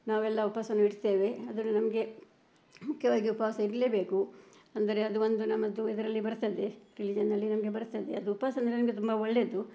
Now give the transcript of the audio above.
ನಾವೆಲ್ಲ ಉಪವಾಸನು ಇಡ್ತೇವೆ ಆದರೆ ನಮಗೆ ಮುಖ್ಯವಾಗಿ ಉಪವಾಸ ಇರಲೇಬೇಕು ಅಂದರೆ ಅದು ಒಂದು ನಮ್ಮದು ಇದರಲ್ಲಿ ಬರ್ತದೆ ರಿಲೀಜನಲ್ಲಿ ನಮಗೆ ಬರ್ತದೆ ಅದು ಉಪವಾಸ ಅಂದರೆ ನಮಗೆ ತುಂಬ ಒಳ್ಳೇದು